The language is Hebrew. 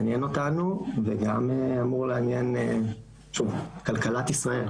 מעניין אותנו וגם אמור לעניין את כלכלת ישראל,